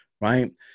right